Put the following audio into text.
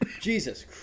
Jesus